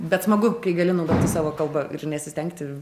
bet smagu kai gali naudoti savo kalbą ir nesistengti